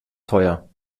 teuer